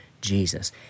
Jesus